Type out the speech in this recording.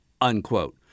unquote